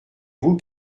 vous